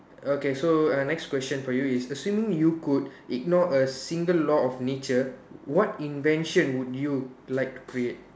okay so err next question for you is assuming you could ignore a single law of nature what invention would you like to create